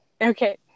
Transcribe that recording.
Okay